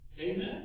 Amen